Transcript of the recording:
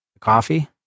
coffee